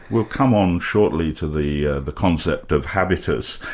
we'll come on shortly to the the concept of habitus.